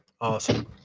awesome